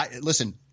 Listen